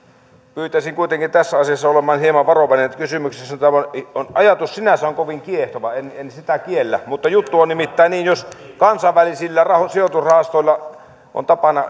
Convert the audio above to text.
pyytäisin kuitenkin tässä asiassa olemaan hieman varovainen tämä ajatus sinänsä on kovin kiehtova en en sitä kiellä mutta juttu on nimittäin niin että kansainvälisillä sijoitusrahastoilla on tapana